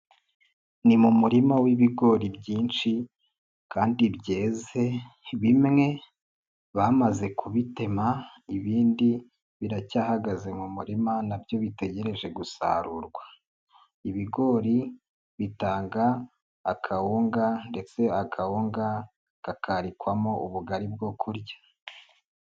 Ni mu murima w'ibigori byinshi kandi byeze, bimwe bamaze kubitema ibindi biracyahagaze mu murima nabyo bitegereje gusarurwa. Ibigori bitanga akawunga, ndetse akawunga kakarikwamo ubugari bwo kurya.